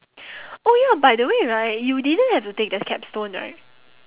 oh ya by the way right you didn't have to take the capstone right